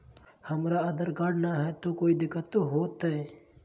हमरा आधार कार्ड न हय, तो कोइ दिकतो हो तय?